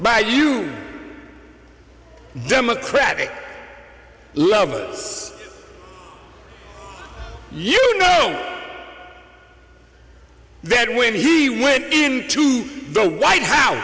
by you democratic levels you know that when he went to the white house